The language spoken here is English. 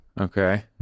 Okay